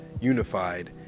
unified